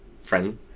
friend